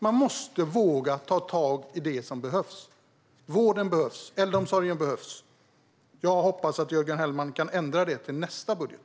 Man måste våga ta tag i det som behövs. Vården behövs. Äldreomsorgen behövs. Jag hoppas att Jörgen Hellman kan rätta till detta till nästa budget.